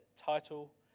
title